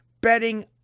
betting